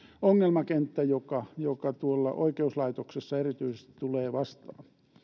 ongelmakenttä joka joka tuolla oikeuslaitoksessa erityisesti tulee vastaan